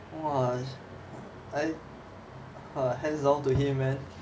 !wah! I !wah! hands down to him man